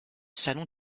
salon